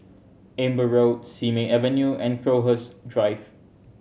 Amber Road Simei Avenue and Crowhurst Drive